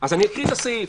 אז אני אקריא את הסעיף.